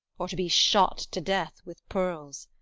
or to be shot to death with pearls?